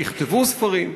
יכתבו ספרים.